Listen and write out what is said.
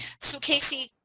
so casey,